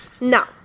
No